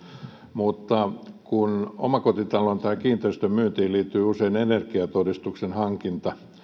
mutta kun omakotitalon tai kiinteistön myyntiin liittyy usein energiatodistuksen hankinta